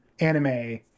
anime